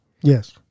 yes